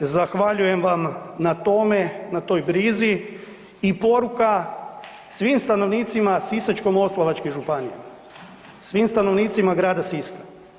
Zahvaljujem vam na tome, na toj brizi i poruka svim stanovnicima Sisačko-moslavačke županije, svim stanovnicima grada Siska.